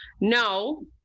No